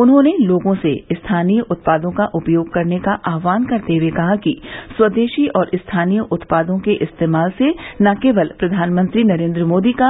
उन्होंने लोगों से स्थानीय उत्पादों का उपयोग करने का आहवान करते हए कहा कि स्वदेशी और स्थानीय उत्पादों के इस्तेमाल से न केवल प्रधानमंत्री नरेन्द्र मोदी का